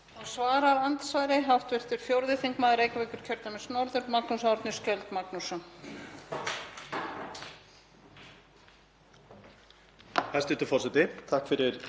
Hæstv. forseti. Takk fyrir þetta. Ég ætla ekki að halda því fram hér í ræðustól Alþingis að það verði eitthvað ógeðslega flott og gott fyrir okkur að ganga í Evrópusambandið,